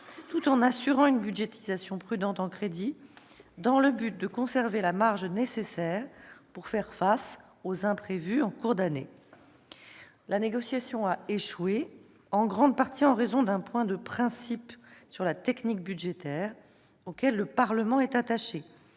tout en assurant une budgétisation prudente en crédits, afin de conserver la marge nécessaire pour faire face aux imprévus en cours d'année. La négociation a échoué en grande partie en raison d'un point de principe sur la technique budgétaire, auquel le Parlement est attaché